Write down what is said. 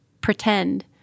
pretend